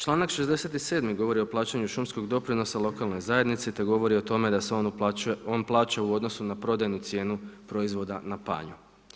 Čl. 67. govori o plaćanju šumskog doprinosa lokalnoj zajednici, te govori o tome da se on plaća u odnosu na prodajnu cijenu proizvoda na panju.